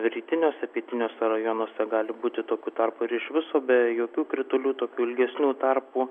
rytiniuose pietiniuose rajonuose gali būti tokių tarpų ir iš viso be jokių kritulių tokių ilgesnių tarpų